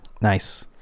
Nice